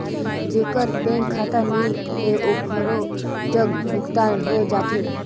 जेकर बैंक खाता नहीं है ओकरो जग भुगतान हो जाथे?